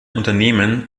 unternehmen